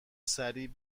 سریع